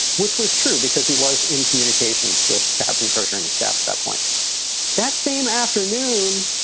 which was true because he was in communications with captain crozier and his staff at that point that same afternoon,